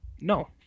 no